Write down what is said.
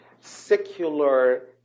secular